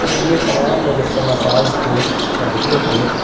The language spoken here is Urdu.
اس لیے تمام مجسمہ ساز کو چاہیے کہ